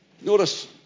Notice